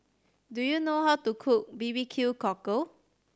do you know how to cook B B Q Cockle